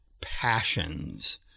passions